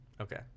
okay